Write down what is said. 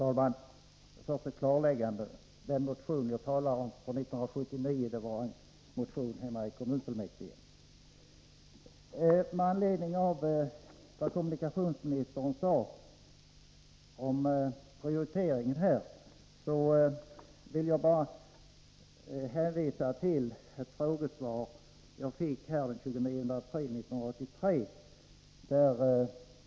Herr talman! Med anledning av vad kommunikationsministern sade beträffande prioritering vill jag bara hänvisa till det frågesvar som jag fick här i kammaren den 29 april 1983.